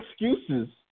excuses